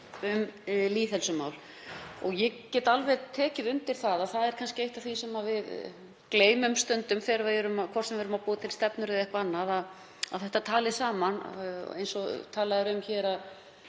um lýðheilsumál. Ég get alveg tekið undir að það er kannski eitt af því sem við gleymum stundum, hvort sem við erum að búa til stefnur eða eitthvað annað, að þetta tali saman. Það er talað um að